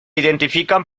identifican